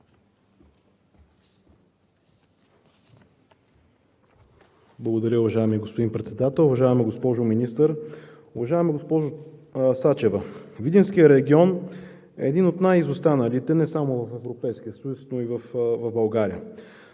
Благодаря, уважаеми господин Председател. Уважаема госпожо Министър! Уважаема госпожо Сачева, Видинският регион е един от най-изостаналите не само в Европейския съюз, но и в България.